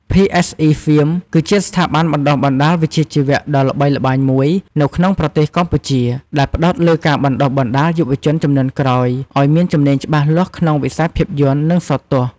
PSE ហ្វៀម គឺជាស្ថាប័នបណ្ដុះបណ្ដាលវិជ្ជាជីវៈដ៏ល្បីល្បាញមួយនៅក្នុងប្រទេសកម្ពុជា ដែលផ្ដោតលើការបណ្ដុះបណ្ដាលយុវជនជំនាន់ក្រោយឱ្យមានជំនាញច្បាស់លាស់ក្នុងវិស័យភាពយន្ត និងសោតទស្សន៍។